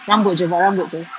rambut jer buat rambut jer